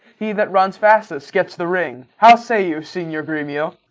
he that runs fastest gets the ring. how say you, signior gremio?